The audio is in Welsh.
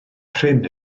prin